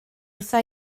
wrtha